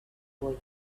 boy